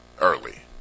Early